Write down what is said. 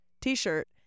t-shirt